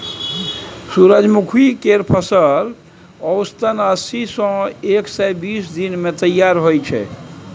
सूरजमुखी केर फसल औसतन अस्सी सँ एक सय बीस दिन मे तैयार होइ छै